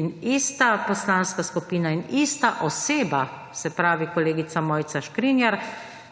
in ista poslanska skupina in ista oseba, se pravi kolegica Mojca Škrinjar,